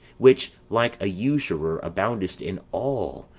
which, like a usurer, abound'st in all,